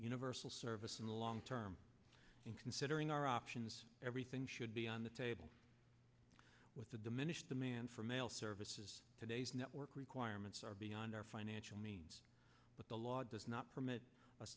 universal service in the long term in considering our options everything should be on the table with the diminished demand for mail services today's network requirements are beyond our financial means but the law does not permit us